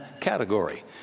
category